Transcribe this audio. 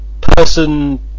person